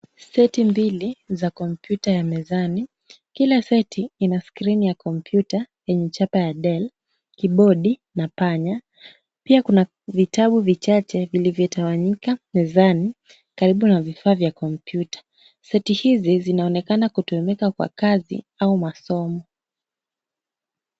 Seti mbili za kompyuta ya mezani, kila seti ina skrini ya kompyuta yenye chapa ya Dell, kibodi na panya. Pia kuna vitabu vichache vilivyotawanyika mezani karibu na vifaa vya kompyuta. Seti hizi zinaonekana kutumika kwa kazi au masomo.